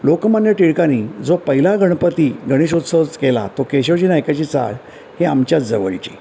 लोकमान्य टिळकांनी जो पहिला गणपती गणेशोत्सव केला तो केशवजी नायकाची चाळ ही आमच्याच जवळची